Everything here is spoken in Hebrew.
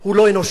הוא לא אנושי.